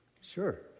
Sure